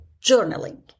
journaling